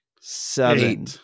seven